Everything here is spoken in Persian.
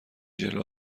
جلو